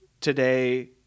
today